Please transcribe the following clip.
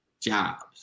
jobs